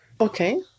Okay